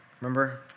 remember